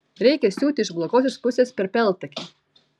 reikia siūti iš blogosios pusės per peltakį